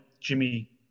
Jimmy